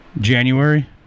January